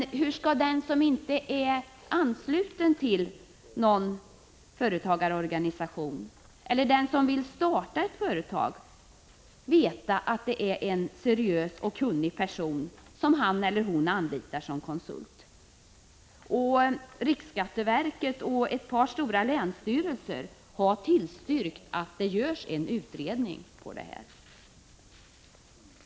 Men hur skall den som inte är ansluten till någon företagarorganisation eller den som vill starta ett företag veta att det är en seriös och kunnig person som han eller hon anlitar som konsult? Riksskatteverket och ett par stora länsstyrelser har tillstyrkt att det görs en utredning.